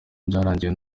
byarangiye